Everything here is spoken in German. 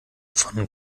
von